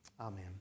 Amen